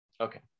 Okay